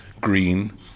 green